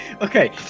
Okay